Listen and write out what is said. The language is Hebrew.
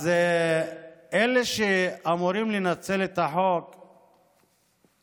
אז אלה שאמורים לנצל את החוק נפגעים.